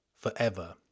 forever